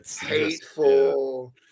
hateful